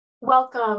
Welcome